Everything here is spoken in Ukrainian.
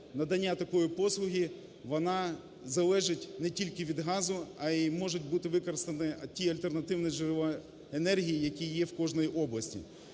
надання такої послуги вона залежить не тільки від газу, а можуть бути використані ті альтернативні джерела енергії, які є в кожній області.